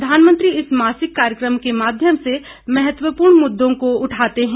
प्रधानमंत्री इस मासिक कार्यक्रम के माध्यम से महत्वपूर्ण मुद्दों को उठाते हैं